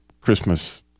Christmas